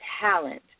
talent